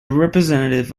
representative